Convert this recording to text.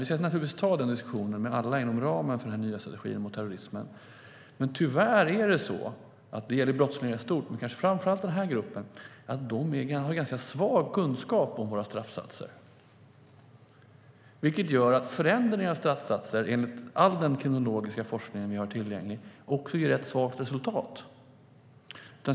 Vi ska naturligtvis ta den diskussionen med alla inom ramen för den nya strategin om terrorismen. Tyvärr, och det gäller brottslingar i stort men kanske i synnerhet den här gruppen, har de personer det gäller ganska svag kunskap om våra straffsatser. Det gör att förändring av straffsatser enligt all tillgänglig kriminologisk forskning ger ganska svagt resultat.